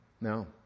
No